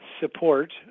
support